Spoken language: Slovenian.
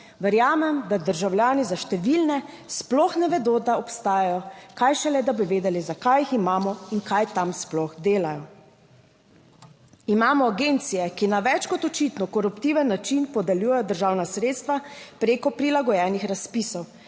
Verjamem, da državljani za številne sploh ne vedo, da obstajajo, kaj šele, da bi vedeli, zakaj jih imamo in kaj tam sploh delajo. Imamo agencije, ki na več kot očitno koruptiven način podeljujejo državna sredstva preko prilagojenih razpisov,